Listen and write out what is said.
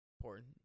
important